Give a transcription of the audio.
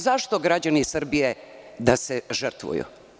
Zašto građani Srbije da se žrtvuju?